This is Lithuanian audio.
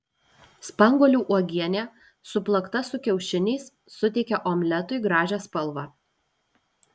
spanguolių uogienė suplakta su kiaušiniais suteikia omletui gražią spalvą